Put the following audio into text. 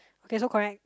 okay so correct